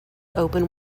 open